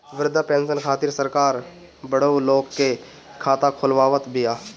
वृद्धा पेंसन खातिर सरकार बुढ़उ लोग के खाता खोलवावत बिया